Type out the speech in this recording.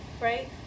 right